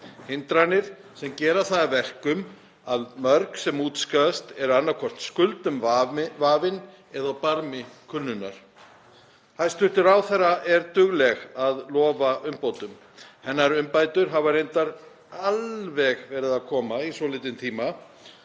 hindranir sem gera það að verkum að mörg sem útskrifast eru annaðhvort skuldum vafin eða á barmi kulnunar. Hæstv. ráðherra er dugleg að lofa umbótum. Hennar umbætur hafa reyndar alveg verið að koma í svolítinn tíma